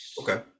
Okay